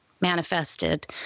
manifested